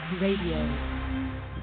Radio